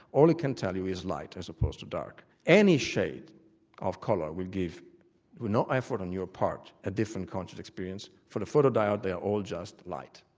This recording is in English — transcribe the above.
all it can tell you is light as opposed to dark any shade of colour will give, with no effort on your part, a different conscious experience. for the photodiode they are all just light.